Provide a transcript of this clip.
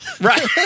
Right